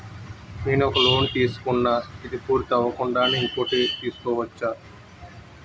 నేను ఒక లోన్ తీసుకున్న, ఇది పూర్తి అవ్వకుండానే ఇంకోటి తీసుకోవచ్చా?